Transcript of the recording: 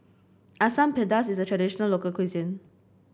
Asam Pedas is a traditional local cuisine